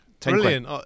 Brilliant